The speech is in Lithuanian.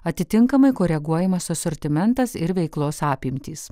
atitinkamai koreguojamas asortimentas ir veiklos apimtys